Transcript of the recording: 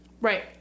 Right